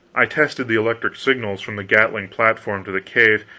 i tested the electric signals from the gatling platform to the cave,